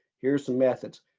here's some methods.